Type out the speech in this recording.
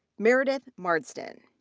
meredith marsden.